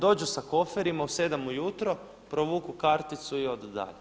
Dođu sa koferima u 7 ujutro, provuku karticu i odu dalje.